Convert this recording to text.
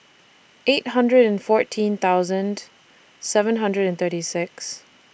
eight hundred and fourteen thousand seven hundred and thirty six